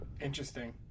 Interesting